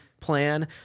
plan